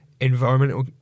environmental